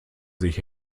sich